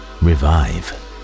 revive